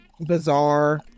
bizarre